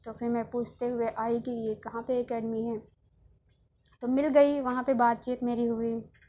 تو پھر میں پوچھتے ہوئے آئی کہ یہ کہاں پہ اکیڈمی ہے تو مل گئی وہاں پہ بات چیت میری ہوئی